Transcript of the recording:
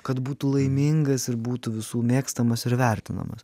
kad būtų laimingas ir būtų visų mėgstamas ir vertinamas